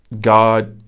God